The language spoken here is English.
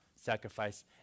sacrifice